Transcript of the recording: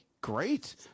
Great